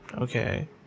Okay